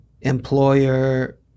employer